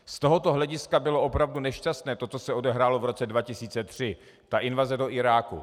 Z tohoto hlediska bylo opravdu nešťastné to, co se odehrálo v roce 2003, ta invaze do Iráku.